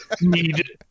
need